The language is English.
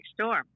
storm